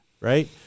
right